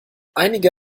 einige